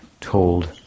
told